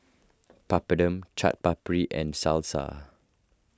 Papadum Chaat Papri and Salsa